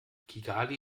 kigali